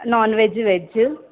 non veg veg